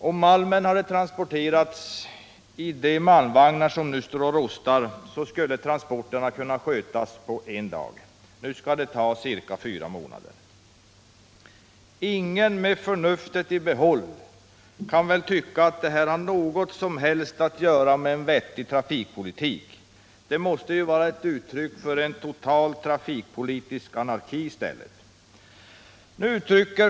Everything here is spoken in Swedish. Om malmen hade transporterats i de malmvagnar som nu står och rostar skulle transporten ha kunnat skötas på en dag. Nu skall det ta ca fyra månader. Ingen med förnuftet i behåll kan väl tycka att detta har något som helst att göra med en vettig trafikpolitik. Det måste i stället vara ett uttryck för en total trafikpolitisk anarki.